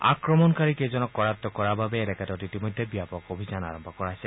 আক্ৰমণকাৰী কেইজনক কৰায়ত্ত কৰাৰ বাবে এলেকাটোত ইতিমধ্যে ব্যাপক অভিযান আৰম্ভ কৰা হৈছে